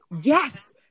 Yes